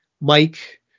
Mike